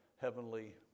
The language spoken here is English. heavenly